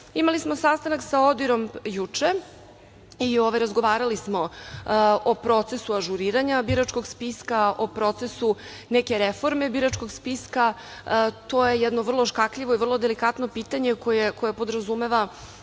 Imali smo sastanak sa ODIHR-om juče i razgovarali smo o procesu ažuriranja biračkog spiska, o procesu neke reforme biračkog spiska. To je jedno vrlo škakljivo i vrlo delikatno pitanje koje podrazumeva